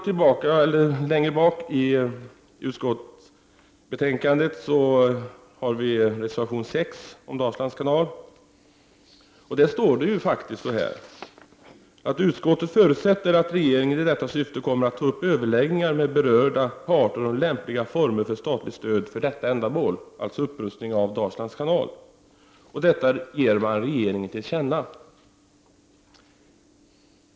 Vidare står det i reservation 6 om Dalslands kanal att ”utskottet förutsätter att regeringen i detta syfte kommer att ta upp överläggningar med berörda parter om lämpliga former för statligt stöd för detta ändamål”. Det gäller alltså upprustning av Dalslands kanal. Detta ger man regeringen till känna.